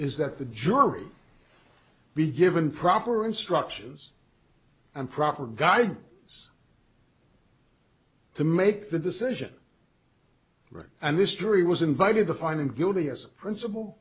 is that the jury be given proper instructions and proper guide us to make the decision right and this jury was invited to find him guilty as a principal